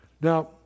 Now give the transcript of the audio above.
Now